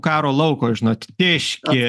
karo lauko žinot tėškė